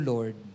Lord